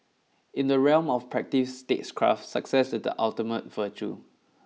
in the realm of practice statecraft success is the ultimate virtue